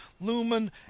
lumen